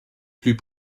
plus